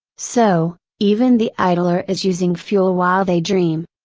so, even the idler is using fuel while they dream.